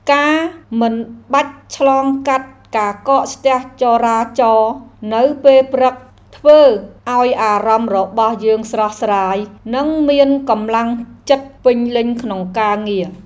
ការមិនបាច់ឆ្លងកាត់ការកកស្ទះចរាចរណ៍នៅពេលព្រឹក ធ្វើឱ្យអារម្មណ៍របស់យើងស្រស់ស្រាយ និងមានកម្លាំងចិត្តពេញលេញក្នុងការងារ។